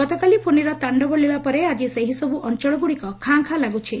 ଗତକାଲି ଫୋନିର ତାଣ୍ଡବ ଲୀଳା ପରେ ଆଜି ସେହି ସବୁ ଅଞ୍ଞଳଗୁଡ଼ିକ ଖାଁ ଖାଁ ଲାଗୁଛି